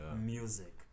music